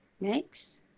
next